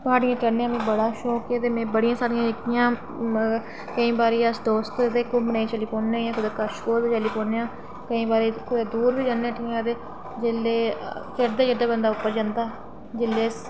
पार्टियां करने दा मिगी बड़ा शौक ऐ ते में बड़ियां सारियां जेह्कियां केईं बारी अस दोस्त दे घुम्मनै गी चली पौने कश कोल बी जन्ने ते केईं बारी दूर बी जन्ने उठी आं ते जेल्लै चढ़दा चढ़दा बंदा उप्पर जंदा जेल्लै